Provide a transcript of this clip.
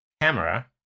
camera